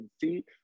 see